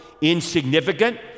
insignificant